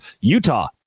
Utah